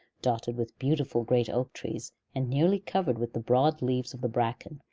dotted with beautiful great oak trees, and nearly covered with the broad leaves of the bracken,